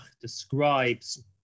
describes